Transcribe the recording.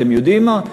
אתם יודעים מה,